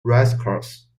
racecourse